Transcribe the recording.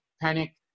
panic